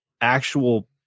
actual